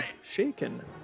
shaken